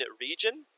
region